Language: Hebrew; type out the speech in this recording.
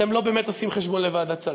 אתם לא באמת עושים חשבון לוועדת שרים,